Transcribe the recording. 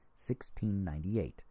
1698